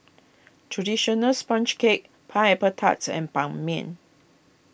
Traditional Sponge Cake Pineapple Tarts and Ban Mian